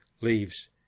leaves